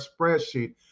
spreadsheet